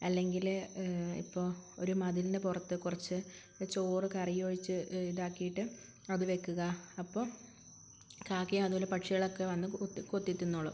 അല്ലെങ്കില് ഇപ്പോള് ഒരു മതിലിൻ്റെ പുറത്ത് കുറച്ച് ചോറ് കറിയൊഴിച്ച് ഇതാക്കിയിട്ട് അത് വെയ്ക്കുക അപ്പം കാക്കയോ അതുപോലെ പക്ഷികളൊക്കെ വന്ന് കൊത്തി കൊത്തി തിന്നുകൊള്ളും